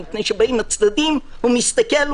כי כשבאים הצדדים - הוא מסתכל,